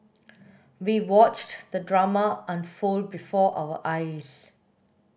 we watched the drama unfold before our eyes